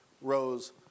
rose